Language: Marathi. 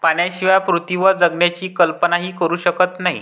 पाण्याशिवाय पृथ्वीवर जगण्याची कल्पनाही करू शकत नाही